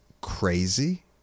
crazy